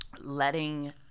letting